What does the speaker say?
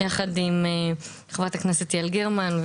יחד עם חברת הכנסת יעל גרמן,